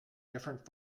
different